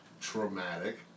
traumatic